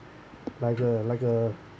like a like a